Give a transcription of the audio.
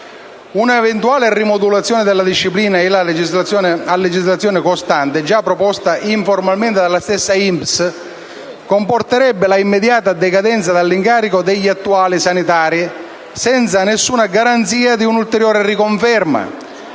Un'eventuale rimodulazione della disciplina a legislazione costante, già proposta informalmente dalla stessa INPS, comporterebbe la immediata decadenza dall'incarico degli attuali sanitari, senza alcuna garanzia di un'ulteriore riconferma,